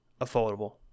affordable